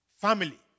Family